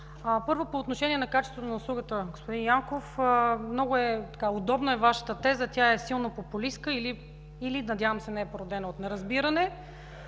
Първо по отношение на качеството на услугата. Господин Янков, удобна е Вашата теза. Тя е силно популистка, или, надявам се, не е породена от неразбиране.